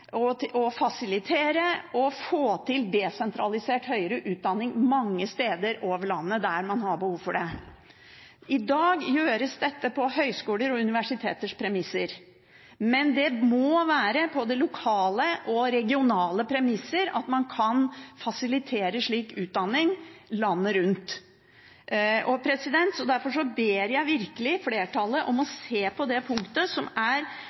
fasilitere og få til desentralisert høyere utdanning mange steder i landet der man har behov for det. I dag gjøres dette på høyskoler og universiteters premisser, men det må være på lokale og regionale premisser at man kan fasilitere slik utdanning landet rundt. Derfor ber jeg flertallet om å se på forslag nr. 5 i innstillingen og stemme for det, for det vil være et virkemiddel som